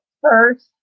first